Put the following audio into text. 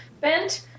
Bent